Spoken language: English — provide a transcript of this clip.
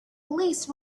least